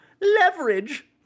leverage